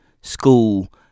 school